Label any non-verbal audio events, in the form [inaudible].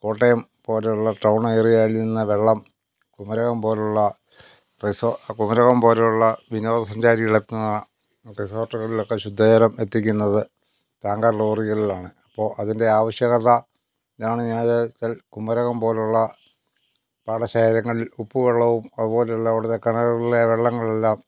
കോട്ടയം പോലുള്ള ടൗൺ ഏരിയയിൽ നിന്ന് വെള്ളം കുമരകം പോലുള്ള റിസോ കുമരകം പോലുള്ള വിനോദ സഞ്ചാരികളെത്തുന്ന റിസോർട്ടുകളിലൊക്കെ ശുദ്ധജലം എത്തിക്കുന്നത് ടാങ്കർ ലോറികളിലാണ് അപ്പോള് അതിൻ്റെ ആവശ്യകത [unintelligible] കുമരകം പോലുള്ള പാട ശേഖരങ്ങളിൽ ഉപ്പുവെള്ളവും അതുപോലുള്ള അവിടുത്തെ കിണറുകളിലെ വെള്ളങ്ങളെല്ലാം